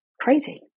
crazy